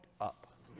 up